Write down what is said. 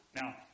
Now